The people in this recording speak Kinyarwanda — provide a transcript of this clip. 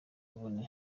mvune